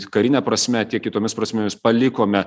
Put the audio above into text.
karine prasme tiek kitomis prasmėmis palikome